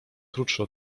krótsze